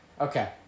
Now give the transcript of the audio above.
Okay